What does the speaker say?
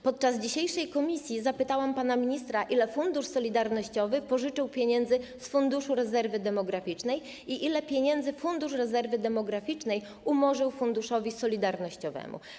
Podczas dzisiejszego posiedzenia komisji zapytałam pana ministra, ile Fundusz Solidarnościowy pożyczył pieniędzy z Funduszu Rezerwy Demograficznej i ile pieniędzy Fundusz Rezerwy Demograficznej umorzył Funduszowi Solidarnościowemu.